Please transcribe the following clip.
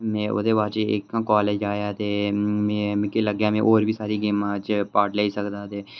ते में ओह्दे थमां बाद च कॉलेज आया ते में मिगी लग्गेआ के में होर बी सारे गेमां च पार्ट लेई सकदा ते